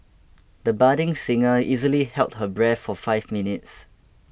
the budding singer easily held her breath for five minutes